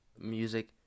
Music